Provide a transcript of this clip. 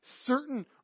certain